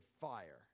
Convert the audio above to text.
fire